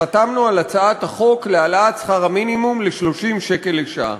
חתמנו על הצעת החוק להעלאת שכר המינימום ל-30 שקל לשעה.